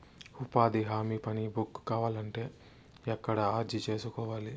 ఉపాధి హామీ పని బుక్ కావాలంటే ఎక్కడ అర్జీ సేసుకోవాలి?